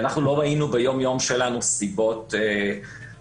אנחנו לא ראינו ביום יום שלנו סיבות לפערים